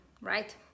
right